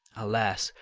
alas!